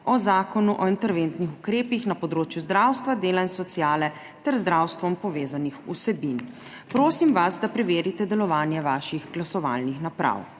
o Zakonu o interventnih ukrepih na področju zdravstva, dela in sociale ter z zdravstvom povezanih vsebin. Prosim vas, da preverite delovanje svojih glasovalnih naprav.